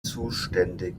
zuständig